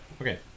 Okay